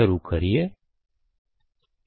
સાથે આવું કરીએ